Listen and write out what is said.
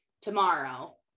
tomorrow